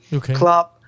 club